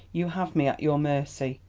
you have me at your mercy.